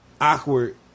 awkward